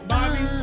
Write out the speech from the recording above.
Bobby